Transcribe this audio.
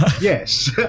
Yes